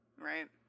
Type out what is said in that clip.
Right